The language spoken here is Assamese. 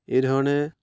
এই ধৰণে